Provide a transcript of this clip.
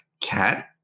cat